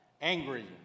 angry